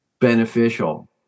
beneficial